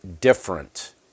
different